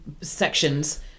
sections